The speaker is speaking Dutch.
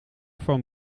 van